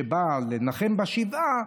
שבא לנחם בשבעה,